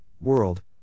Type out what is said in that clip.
world